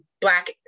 black